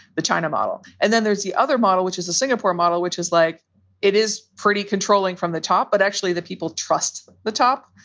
the china model. and then there's the other model, which is the singapore model, which is like it is pretty controlling from the top. but actually, the people trust the the top.